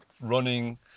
running